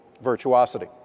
virtuosity